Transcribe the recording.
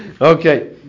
Okay